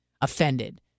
offended